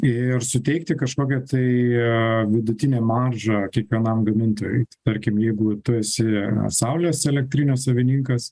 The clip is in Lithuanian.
ir suteikti kažkokią tai vidutinę maržą kiekvienam gamintojui tarkim jeigu tu esi saulės elektrinės savininkas